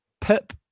Pip